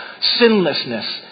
sinlessness